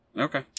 okay